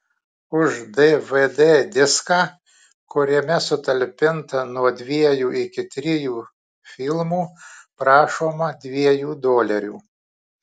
už dvd diską kuriame sutalpinta nuo dviejų iki trijų filmų prašoma dviejų dolerių